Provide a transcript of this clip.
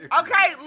okay